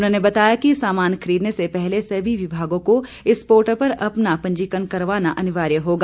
उन्होंने बताया कि सामान खरीदने से पहले सभी विभागों को इस पोर्टल पर अपना पंजीकरण करवाना अनिवार्य होगा